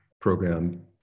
program